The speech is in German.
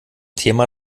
thema